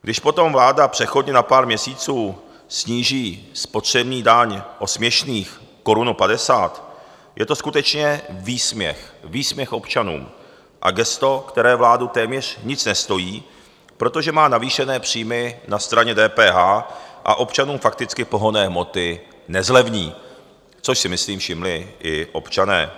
Když potom vláda přechodně na pár měsíců sníží spotřební daň o směšnou korunu padesát, je to skutečně výsměch výsměch občanům a gesto, které vládu téměř nic nestojí, protože má navýšené příjmy na straně DPH, a občanům fakticky pohonné hmoty nezlevní, což si myslím všimli i občané.